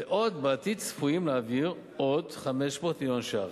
ובעתיד צפויים להעביר עוד 500 מיליון ש"ח.